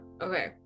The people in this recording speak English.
okay